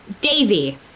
Davy